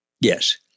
Yes